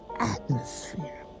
atmosphere